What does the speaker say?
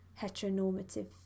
heteronormative